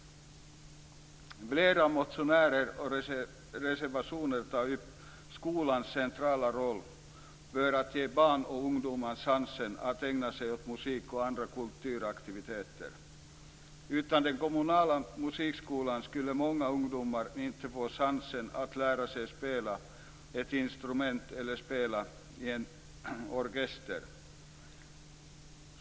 Flera motioner och reservationer tar upp skolans centrala roll för att ge barn och ungdomar chansen att ägna sig åt musik och andra kulturaktiviteter. Utan den kommunala musikskolan skulle många ungdomar inte få chansen att lära sig spela ett instrument eller spela i en orkester.